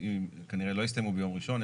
כנראה לא יסתיימו ביום ראשון,